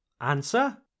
Answer